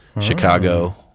chicago